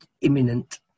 imminent